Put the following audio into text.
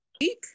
week